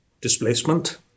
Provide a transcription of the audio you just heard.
displacement